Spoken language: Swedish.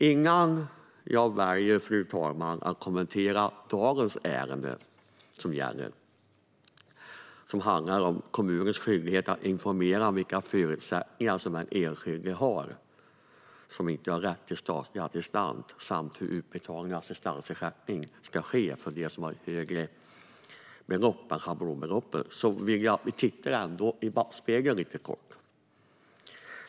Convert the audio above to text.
Innan jag börjar kommentera dagens ärende, som handlar om kommuners skyldighet att informera om vilka förutsättningar som den enskilde har när man inte har rätt till statlig assistans och hur utbetalning av assistansersättning ska ske för dem som har rätt till högre belopp än schablonbeloppet, vill jag titta lite kort i backspegeln.